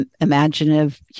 imaginative